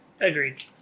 Agreed